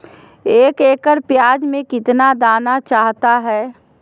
एक एकड़ प्याज में कितना दाना चाहता है?